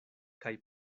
kaj